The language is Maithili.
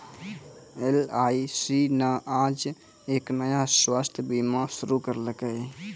एल.आई.सी न आज एक नया स्वास्थ्य बीमा शुरू करैलकै